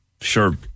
sure